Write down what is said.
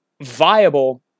viable